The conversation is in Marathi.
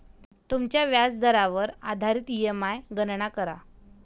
तुमच्या व्याजदरावर आधारित ई.एम.आई गणना करा